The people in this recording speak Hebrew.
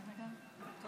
אתה